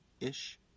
ish